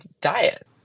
diet